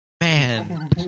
Man